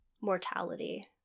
mortality